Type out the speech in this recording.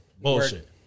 Bullshit